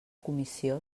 comissió